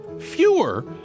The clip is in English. fewer